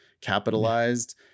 capitalized